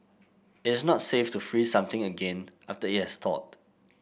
it is not safe to freeze something again after it has thawed